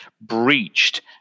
breached